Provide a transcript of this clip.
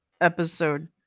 episode